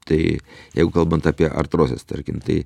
tai jeigu kalbant apie artrozes tarkim tai